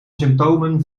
symptomen